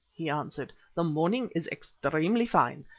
he answered, the morning is extremely fine,